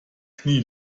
knie